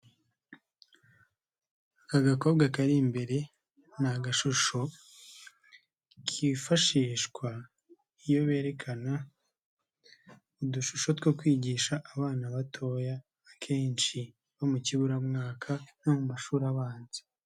Aka gakobwa kari imbere ni agashusho kifashishwa iyo berekana udushusho two kwigisha abana batoya akenshi bo mu kiburamwaka no mu mashuri abanza.